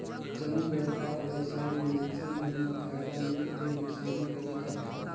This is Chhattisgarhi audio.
जम्मो बयपार बेवसाय में मइनसे मन ल फायदा नइ ते नुकसानी होबे करथे